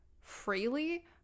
freely